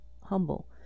humble